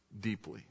deeply